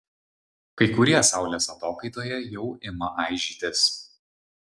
kai kurie saulės atokaitoje jau ima aižytis